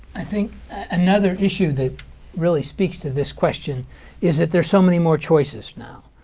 i think another issue that really speaks to this question is that there are so many more choices now.